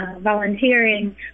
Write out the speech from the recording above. volunteering